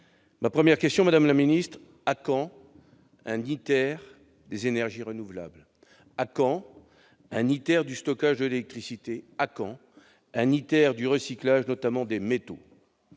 se divise en trois sous-questions. À quand un ITER des énergies renouvelables ? À quand un ITER du stockage de l'électricité ? À quand un ITER du recyclage, notamment des métaux ?